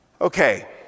Okay